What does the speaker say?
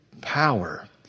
power